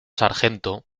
sargento